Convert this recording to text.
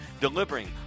Delivering